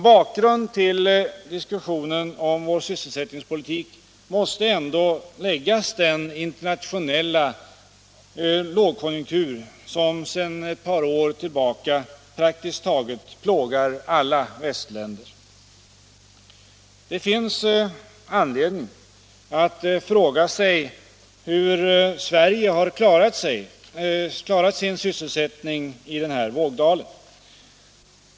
Bakgrund till diskussionen om vår sysselsättningspolitik måste ändå vara den internationella lågkonjunktur som sedan ett par år till baka plågar praktiskt taget alla västländer. Det finns anledning att fråga sig hur Sverige har klarat sin sysselsättning i denna vågdal.